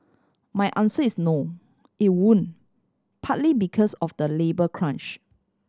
my answer is no it won't partly because of the labour crunch